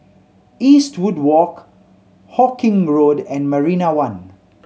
Eastwood Walk Hawkinge Road and Marina One